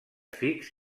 fix